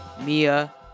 Mia